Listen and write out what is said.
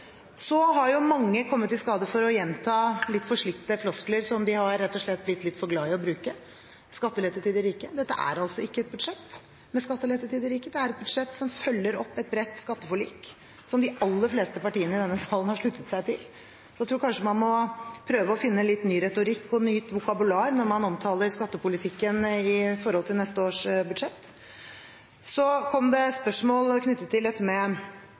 Så har mange kommet i skade for å gjenta litt forslitte floskler, som de rett og slett har blitt litt for glad i å bruke: skattelette til de rike. Dette er altså ikke et budsjett med skattelette til de rike. Det er et budsjett som følger opp et bredt skatteforlik, som de aller fleste partiene i denne salen har sluttet seg til. Jeg tror kanskje man må finne litt ny retorikk og et nytt vokabular når man omtaler skattepolitikken for neste års budsjett. Så kom det spørsmål knyttet til